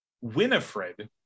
Winifred